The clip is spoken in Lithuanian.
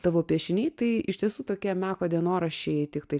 tavo piešiniai tai iš tiesų tokie meko dienoraščiai tiktai